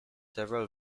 several